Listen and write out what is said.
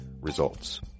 Results